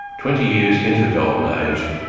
twenty years into the golden age,